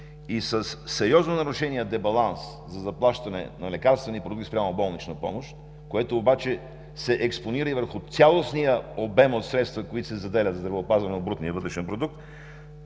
и със сериозно нарушения дебаланс за заплащане на лекарствени продукти спрямо болнична помощ, което обаче се експонира и върху цялостния обем от средства, които се заделят в здравеопазване от брутния вътрешен продукт,